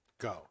go